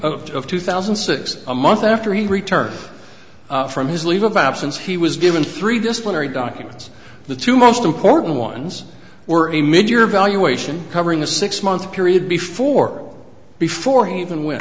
left of two thousand and six a month after he returned from his leave of absence he was given three disciplinary documents the two most important ones were you made your evaluation covering a six month period before before he even wen